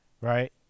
Right